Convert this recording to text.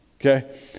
okay